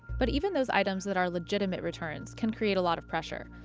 but even those items that are legitimate returns can create a lot of pressure,